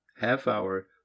half-hour